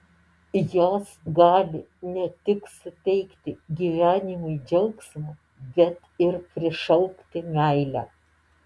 jos gali ne tik suteikti gyvenimui džiaugsmo bet ir prišaukti meilę